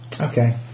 Okay